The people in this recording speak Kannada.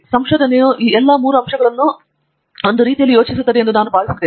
ಸಂಶೋಧನೆಯು ಈ ಎಲ್ಲ ಮೂರು ಅಂಶಗಳನ್ನು ಒಂದು ರೀತಿಯಲ್ಲಿ ಆಲೋಚಿಸುತ್ತಿದೆ ಎಂದು ನಾನು ಭಾವಿಸುತ್ತೇನೆ